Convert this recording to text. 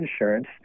insurance